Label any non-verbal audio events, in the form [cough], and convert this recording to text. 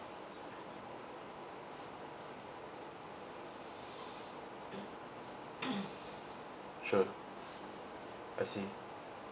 [breath] [coughs] sure I see